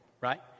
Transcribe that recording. right